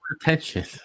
Attention